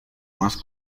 más